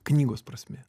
knygos prasmė